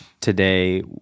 today